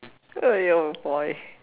oh boy